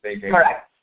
Correct